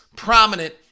prominent